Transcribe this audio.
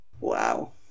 Wow